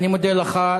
אני מודה לך.